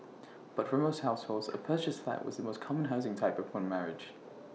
but for most households A purchased flat was the most common housing type upon marriage